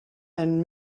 and